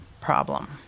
problem